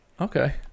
Okay